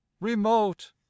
remote